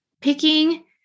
picking